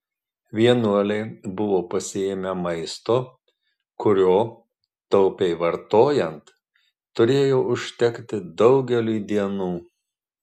vienuoliai buvo pasiėmę maisto kurio taupiai vartojant turėjo užtekti daugeliui dienų